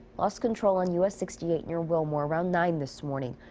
lost control on u s sixty eight near wilmore around nine this morning.